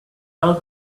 all